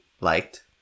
liked